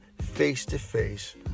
face-to-face